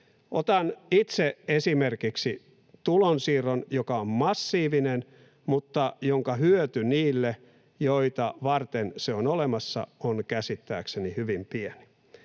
Otan itse esimerkiksi tulonsiirron, joka on massiivinen mutta jonka hyöty niille, joita varten se on olemassa, on käsittääkseni hyvin pieni.